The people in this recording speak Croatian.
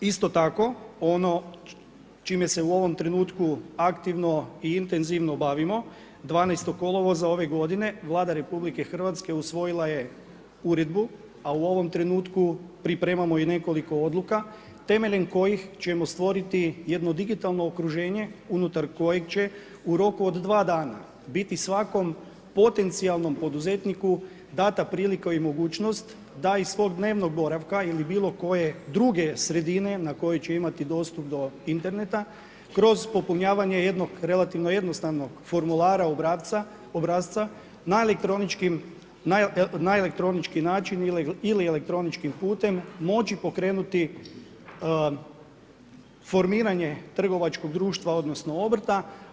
Isto tako ono čime se u ovom trenutku aktivno i intenzivno bavimo 12. kolovoza ove godine Vlada RH usvojila je uredbu, a u ovom trenutku pripremamo i nekoliko odluka temeljem kojih ćemo stvoriti jedno digitalno okruženje unutar kojeg će u roku od dva dana biti svakom potencijalnom poduzetniku dana prilika i mogućnost da iz svog dnevnog boravka ili bilo koje druge sredine na kojoj će imati dostup do interneta, kroz popunjavanje jednog relativno jednostavnog formulara, obrasca na elektronički način ili elektroničkim putem moći pokrenuti formiranje trgovačkog društva, odnosno obrta.